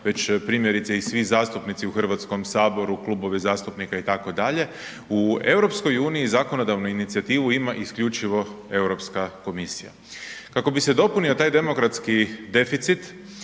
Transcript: već primjerice i svi zastupnici u Hrvatskom saboru, klubovi zastupnika itd., u EU zakonodavnu inicijativu ima isključivo Europska komisija. Kako bi se dopunio taj demokratski deficit,